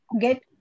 get